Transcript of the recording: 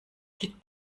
geht